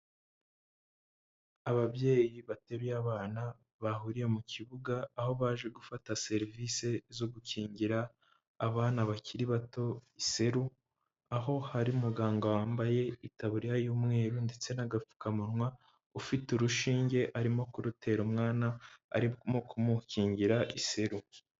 Ababyeyi bateruye abana, bahuriye mu kibuga, aho baje gufata serivisi zo gukingira abana bakiri bato iseru, aho hari muganga wambaye itaburiya y'umweru ndetse n'agapfukamunwa, ufite urushinge arimo kurutera umwana, arimo kumukingira iseru.